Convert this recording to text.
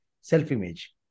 self-image